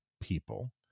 people